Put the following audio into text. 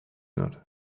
not